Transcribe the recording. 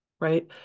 Right